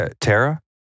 Tara